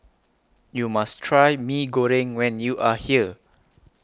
YOU must Try Mee Goreng when YOU Are here